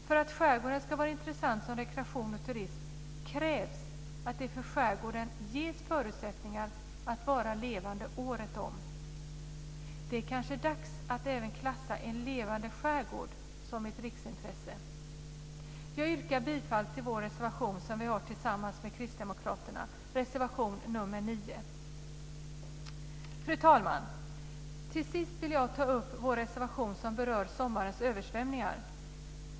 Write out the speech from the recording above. För att skärgården ska vara intressant som rekreation och för turism krävs att det för skärgården ges förutsättningar att vara levande året om. Det är kanske dags att även klassa en levande skärgård som ett riksintresse. Jag yrkar bifall till vår reservation som vi har tillsammans med Kristdemokraterna, reservation nr 9. Till sist vill jag ta upp vår reservation som berör sommarens översvämningar.